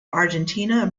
argentina